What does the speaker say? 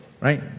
right